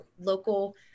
local